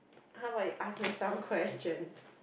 how about you ask me some questions